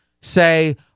say